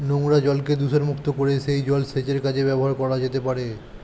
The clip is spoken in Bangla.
নোংরা জলকে দূষণমুক্ত করে সেই জল সেচের কাজে ব্যবহার করা যেতে পারে